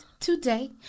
today